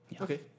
okay